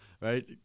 right